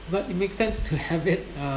but it makes sense to have it uh